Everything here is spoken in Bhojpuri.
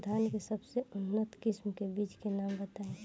धान के सबसे उन्नत किस्म के बिज के नाम बताई?